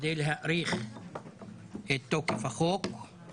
כדי להאריך את תוקף החוק כי